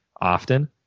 often